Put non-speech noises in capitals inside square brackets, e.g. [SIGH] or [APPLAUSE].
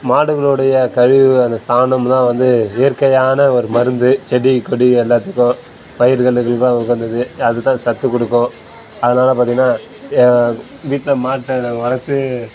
மாடுகளுடைய கழிவு அந்த சாணம்லாம் வந்து இயற்கையான ஒரு மருந்து செடி கொடி எல்லாத்துக்கும் பயிர்களுக்குலாம் உகந்தது அது தான் சத்து கொடுக்கும் அதனால் பார்த்திங்கன்னா வீட்டில் மாட்டை [UNINTELLIGIBLE] வளர்த்து